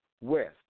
west